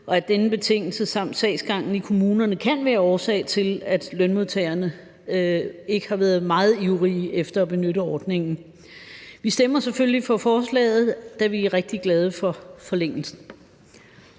og at denne betingelse samt sagsgangen i kommunerne kan være årsag til, at lønmodtagerne ikke har været meget ivrige efter at benytte ordningen. Vi stemmer selvfølgelig for forslaget, da vi er rigtig glade for forlængelsen.